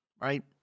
right